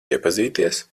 iepazīties